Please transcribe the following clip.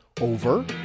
over